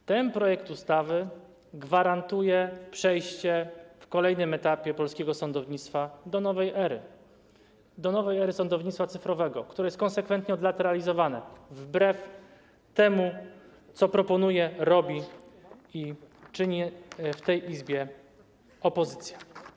Zatem ten projekt ustawy gwarantuje przejście - w kolejnym etapie - polskiego sądownictwa do nowej ery, do nowej ery sądownictwa cyfrowego, które jest konsekwentnie od lat realizowane wbrew temu, co proponuje, robi i czyni w tej Izbie opozycja.